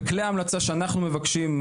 וכלי המלצה שאנחנו מבקשים,